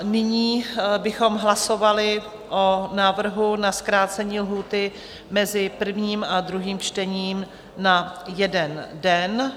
Nyní bychom hlasovali o návrhu na zkrácení lhůty mezi prvním a druhým čtením na jeden den.